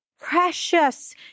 precious